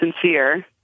sincere